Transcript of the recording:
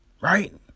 right